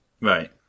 right